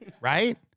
right